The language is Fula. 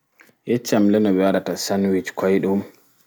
Yeccam le no ɓe waɗata sanɗwich koiɗum